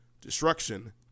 Destruction